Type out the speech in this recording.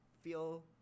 feel